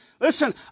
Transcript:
Listen